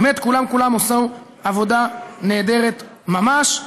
באמת, כולם-כולם עשו עבודה נהדרת ממש.